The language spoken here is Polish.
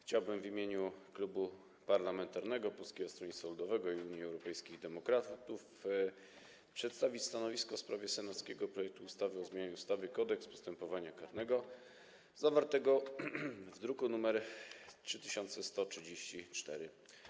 Chciałbym w imieniu Klubu Poselskiego Polskiego Stronnictwa Ludowego - Unii Europejskich Demokratów przedstawić stanowisko w sprawie senackiego projektu ustawy o zmianie ustawy Kodeks postępowania karnego, zawartego w druku nr 3134.